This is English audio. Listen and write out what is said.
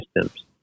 systems